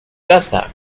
casa